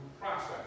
process